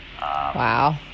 Wow